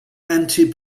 anti